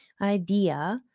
idea